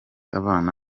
abana